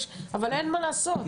אבל אין מה לעשות.